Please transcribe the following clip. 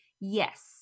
Yes